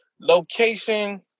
Location